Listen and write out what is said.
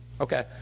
Okay